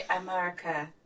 America